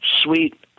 sweet